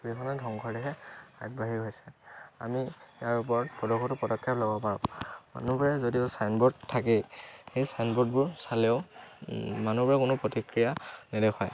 পৃথিৱীখনো ধ্বংসৰ দিশে আগবাঢ়ি গৈছে আমি ইয়াৰ ওপৰত বহুতো পদক্ষেপ ল'ব পাৰোঁ মানুহবোৰে যদিও চাইনবোৰ্ড থাকেই সেই চাইনবোৰ্ডবোৰ চালেও মানুহবোৰে কোনো প্ৰতিক্ৰিয়া নেদেখুৱায়